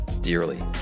dearly